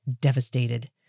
devastated